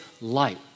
light